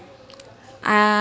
are